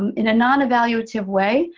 um in a non-evaluative way,